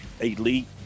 elite